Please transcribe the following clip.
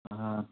हाँ